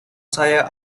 saya